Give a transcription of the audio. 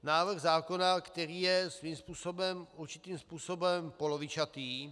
Návrh zákona, který je svým určitým způsobem polovičatý.